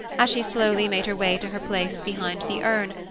as she slowly made her way to her place behind the urn,